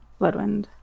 Bloodwind